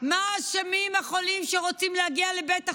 מה אשמים החולים שרוצים להגיע לבית החולים?